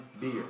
beer